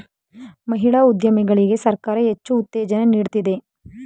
ಮಹಿಳಾ ಉದ್ಯಮಿಗಳಿಗೆ ಸರ್ಕಾರ ಹೆಚ್ಚು ಉತ್ತೇಜನ ನೀಡ್ತಿದೆ